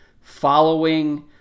following